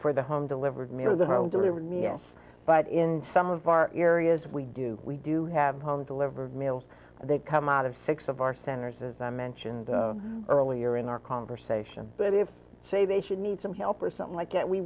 for the home delivered me or the home delivered me yes but in some of our areas we do we do have home delivered meals they come out of six of our centers as i mentioned earlier in our conversation but if say they should need some help or something like that we